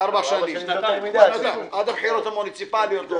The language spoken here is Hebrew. ארבע שנים, עד הבחירות המוניציפליות.